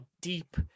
deep